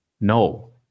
No